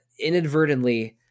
inadvertently